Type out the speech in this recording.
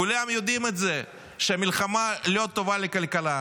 כולם יודעים את זה, שהמלחמה לא טובה לכלכלה.